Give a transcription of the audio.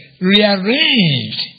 rearranged